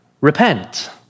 repent